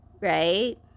right